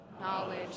knowledge